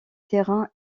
terrain